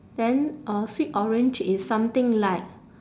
then uh sweet orange is something like